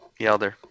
Yelder